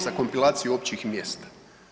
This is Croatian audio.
Za kompilaciju općih mjesta?